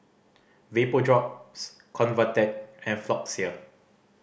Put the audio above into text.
Vapodrops Convatec and Floxia